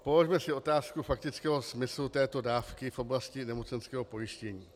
Položme si otázku faktického smyslu této dávky v oblasti nemocenského pojištění.